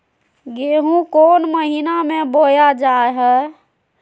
गेहूँ कौन महीना में बोया जा हाय?